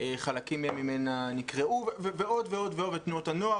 שחלקים ממנה נקרעו, ועוד ועוד, תנועות הנוער.